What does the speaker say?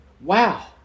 Wow